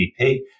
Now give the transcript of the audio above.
GDP